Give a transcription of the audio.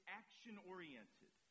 action-oriented